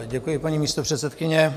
Děkuji, paní místopředsedkyně.